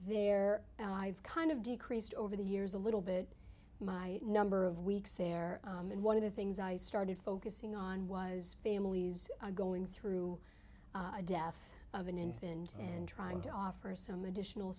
there i've kind of decreased over the years a little bit my number of weeks there and one of the things i started focusing on was families going through a death of an infant and trying to offer some additional